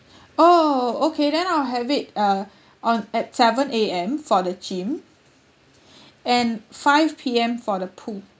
oh okay then I'll have it uh on at seven A_M for the gym and five P_M for the pool